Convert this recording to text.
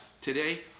today